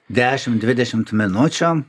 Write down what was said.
dešimt dvidešimt minučių